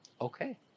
Okay